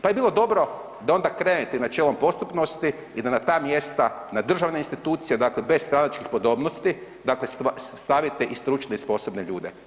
Pa bi bilo dobro da onda krenete načelom postupnosti i da na ta mjesta, na državne institucije, dakle bez stranačkih podobnosti, dakle stavite i stručne i sposobne ljude.